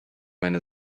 meine